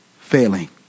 failing